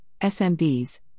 SMBs